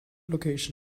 location